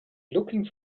looking